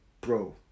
Bro